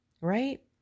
right